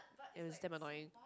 it was damn annoying